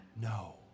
No